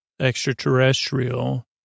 extraterrestrial